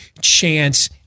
chance